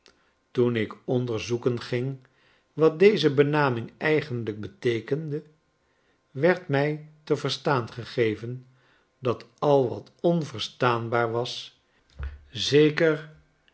toen ik onderzoeken ging wat deze benaming eigenlijk beteekende werd mij te verstaan gegeven dat al wat onverstaanbaar was zeker